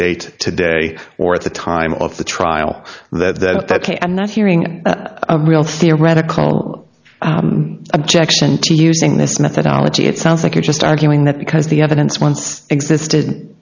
date today or at the time of the trial that i'm not hearing a real theoretical objection to using this methodology it sounds like you're just arguing that because the evidence once existed